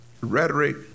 rhetoric